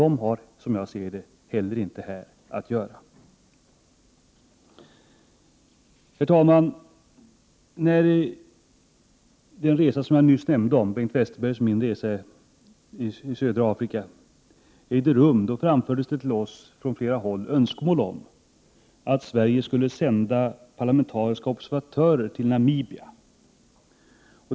De har, som jag ser det, heller inte här att göra. Herr talman! När den resa som jag nyss nämnde — Bengt Westerbergs och min resa i södra Afrika — ägde rum framfördes det till oss från flera håll önskemål om att Sverige skulle sända parlamentariska observatörer till Namibia.